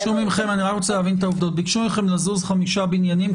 ביקשו מכם לזוז חמישה בניינים,